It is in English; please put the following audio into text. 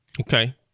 Okay